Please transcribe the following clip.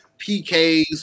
PKs